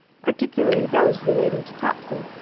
particularly those relating to topsy.